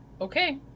Okay